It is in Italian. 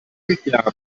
richiamo